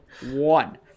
one